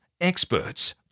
experts